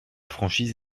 franchise